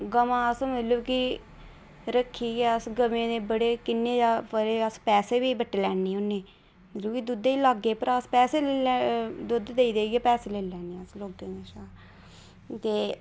गवां अस मतलब कि रक्खी दी ऐ अस गवें दे बड़े किन्ने बड़े जादा अस पैसे बी बट्टी लैन्ने होन्ने दुद्धै दी लागै परा अस पैसे बी दुद्ध देई देइयै अस पैसे लेई लैन्ने ते